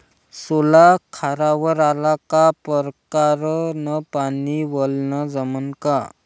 सोला खारावर आला का परकारं न पानी वलनं जमन का?